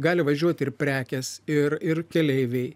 gali važiuot ir prekės ir ir keleiviai